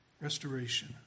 restoration